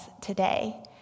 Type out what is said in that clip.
today